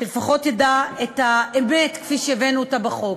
שלפחות ידע את האמת כפי שהבאנו אותה בחוק.